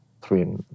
three